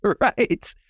right